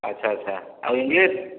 ଆଚ୍ଛା ଆଚ୍ଛା ଆଉ ଇଙ୍ଗ୍ଲିଶ୍